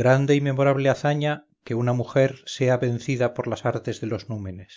grande y memorable hazaña que una mujer sea vencida por las artes de dos númenes